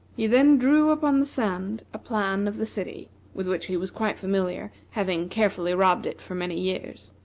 he then drew upon the sand a plan of the city with which he was quite familiar, having carefully robbed it for many years,